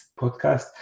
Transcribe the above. podcast